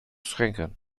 schenken